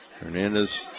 Hernandez